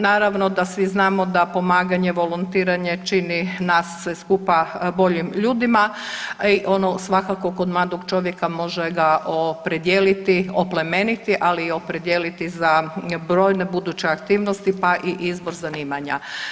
Naravno da svi znamo da pomaganje, volontiranje čini nas sve skupa boljim ljudima i ono svakako, kod mladog čovjeka, može ga opredijeliti, oplemeniti, ali i opredijeliti za brojne buduće aktivnosti, pa i izbor zanimanja.